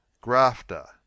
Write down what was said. Grafter